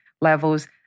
levels